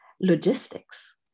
logistics